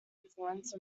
influence